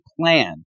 plan